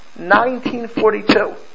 1942